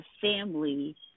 family